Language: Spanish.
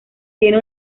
tiene